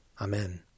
Amen